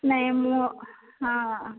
ନାଇଁ ମୁଁ ହଁ